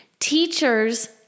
teachers